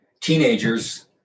teenagers